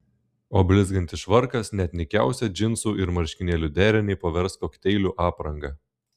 o blizgantis švarkas net nykiausią džinsų ir marškinėlių derinį pavers kokteilių apranga